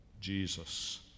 jesus